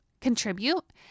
contribute